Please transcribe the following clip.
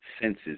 senses